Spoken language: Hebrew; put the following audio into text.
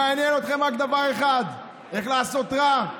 מעניין אתכם רק דבר אחד: איך לעשות רע,